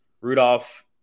Rudolph